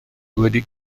wedi